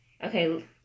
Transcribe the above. Okay